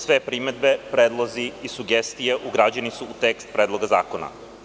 Sve primedbe, predlozi i sugestije ugrađeni su u tekst predloga zakona.